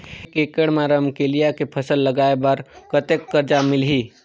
एक एकड़ मा रमकेलिया के फसल लगाय बार कतेक कर्जा मिलही?